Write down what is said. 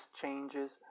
changes